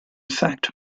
fact